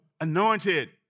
anointed